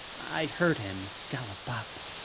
i heard him gallop up.